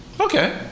Okay